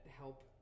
help